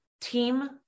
team